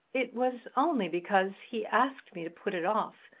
it was only because he asked me to put it off.